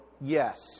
yes